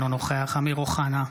אינו נוכח אמיר אוחנה,